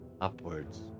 upwards